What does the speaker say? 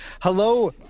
Hello